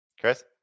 Chris